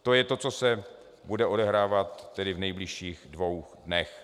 To je to, co se bude odehrávat v nejbližších dvou dnech.